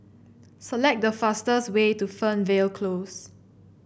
select the fastest way to Fernvale Close